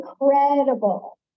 incredible